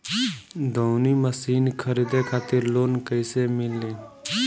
दऊनी मशीन खरीदे खातिर लोन कइसे मिली?